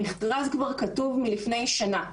המכרז כתוב כבר מלפני שנה.